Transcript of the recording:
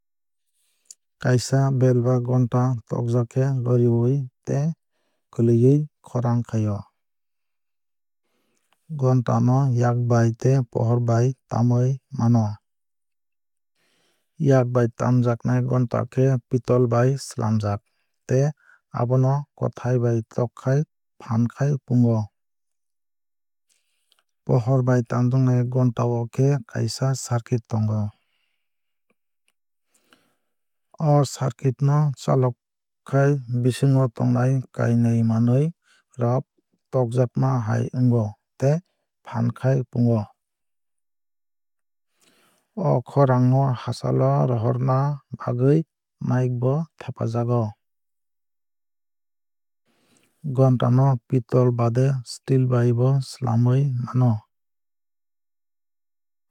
Kaisa bell ba gonta tokjak khe loriwui tei kwlwui khorang khai o. Gonta no yakbai tei pohor bai tamwui mano. Yak bai tamjaknai gonta khe pitol bai swlamjak tei abono kothai bai tok khai phaan khai pungo. Pohor bai tamjaknai gonta o khe kaisa circuit tongo. O circuit no chalokhai bisingo tongnai kainui manwui rok tokjaktma hai wngo tei phaan khai pungo. O khornang no hachal o rohorna bagwui mike bo thepajago. Gonta no pitol baade steel bai bo swlamwui mano.